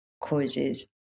causes